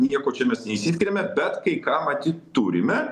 nieko čia mes neišsiskiriame bet kai ką matyt turime